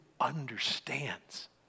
understands